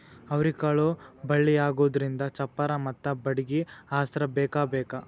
ಅವ್ರಿಕಾಳು ಬಳ್ಳಿಯಾಗುದ್ರಿಂದ ಚಪ್ಪರಾ ಮತ್ತ ಬಡ್ಗಿ ಆಸ್ರಾ ಬೇಕಬೇಕ